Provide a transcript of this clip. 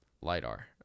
lidar